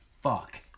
fuck